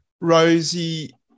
Rosie